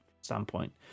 standpoint